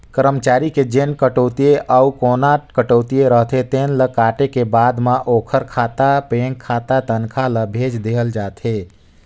करमचारी के जेन टेक्स कटउतीए अउ कोना कटउती रहिथे तेन ल काटे के बाद म ओखर खाता बेंक खाता तनखा ल भेज देहल जाथे